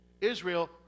Israel